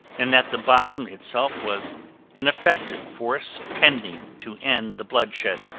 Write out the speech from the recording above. and that the bomb itself was an effective force tending to end the bloodshed,